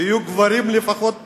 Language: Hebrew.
תהיו גברים לפחות פה.